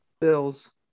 Bills